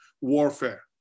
warfare